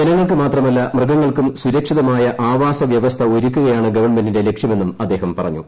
ജനങ്ങൾക്ക് മാത്രമല്ല മൃഗങ്ങൾക്കും സുരക്ഷിതമായ ആവാസ വ്യവസ്ഥ ഒരുക്കുകയാണ് ഗവൺമെന്റിന്റെ ലക്ഷ്യമെന്നും അദ്ദേഹം പറഞ്ഞു